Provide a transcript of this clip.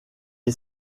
est